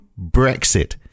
Brexit